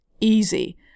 easy